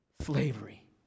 slavery